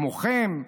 כמוכם.